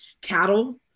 cattle